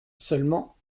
seulement